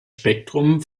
spektrum